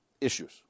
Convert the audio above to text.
issues